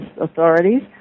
authorities